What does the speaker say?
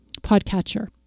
podcatcher